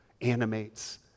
animates